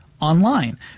online